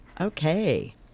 Okay